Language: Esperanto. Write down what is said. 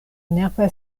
nerva